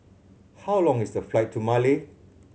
how long is the flight to Male